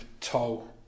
toll